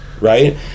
right